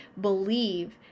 believe